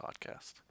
podcast